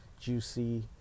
juicy